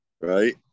Right